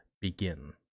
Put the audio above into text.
begin